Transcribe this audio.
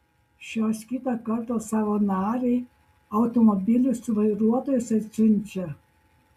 šios kitą kartą savo narei automobilius su vairuotojais atsiunčia